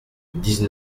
dix